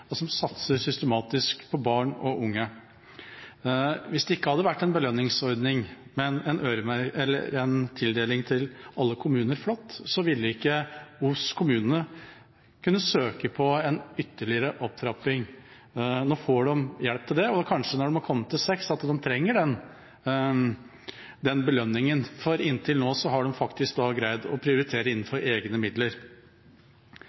og som satser systematisk på barn og unge. Hvis det ikke hadde vært en belønningsordning, men tildeling flatt til alle kommuner, ville ikke Os kommune kunnet søke på en ytterligere opptrapping. Nå får de hjelp til det, og når de har kommet til seks, trenger de kanskje den belønningen, for inntil nå har de faktisk greid å prioritere